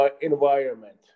environment